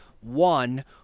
One